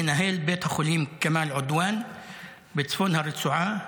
מנהל בית החולים כמאל עדואן בצפון הרצועה,